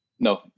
No